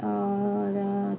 err the